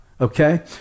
okay